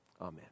Amen